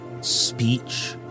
speech